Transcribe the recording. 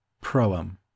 Proem